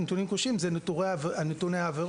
לו "נתונים קשים" זה נתוני העבירות,